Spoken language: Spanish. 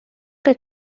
que